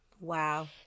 Wow